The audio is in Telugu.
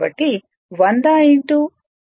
కాబట్టి 100 1000 0